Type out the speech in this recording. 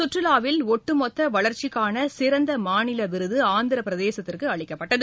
சுற்றுலாவில் ஒட்டுமொத்த வளர்ச்சிக்கான சிறந்த மாநில விருது ஆந்திர பிரதேசத்துக்கு அளிக்கப்பட்டது